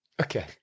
Okay